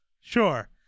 Sure